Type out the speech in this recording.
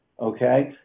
okay